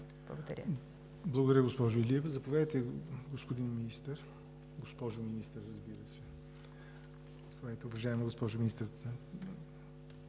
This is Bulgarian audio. Благодаря.